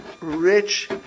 rich